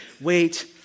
wait